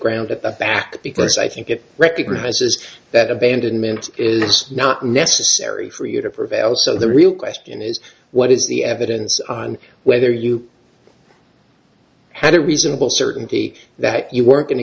ground at the back because i think it recognizes that abandonment is not necessary for you to prevail so the real question is what is the evidence on whether you had a reasonable certainty that you were going to